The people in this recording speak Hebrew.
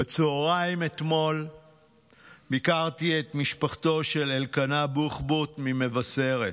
בצוהריים אתמול ביקרתי את משפחתו של אלקנה בוחבוט ממבשרת,